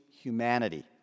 humanity